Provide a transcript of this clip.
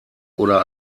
oder